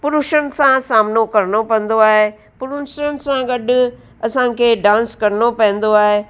पुरुषनि सां सामिनो करिणो पवंदो आहे पुरुषनि सां गॾु असांखे डांस करिणो पवंदो आहे